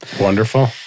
wonderful